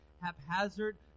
haphazard